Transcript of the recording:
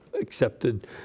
accepted